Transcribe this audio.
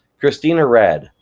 cristina rad,